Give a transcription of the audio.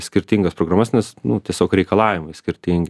skirtingas programas nes nu tiesiog reikalavimai skirtingi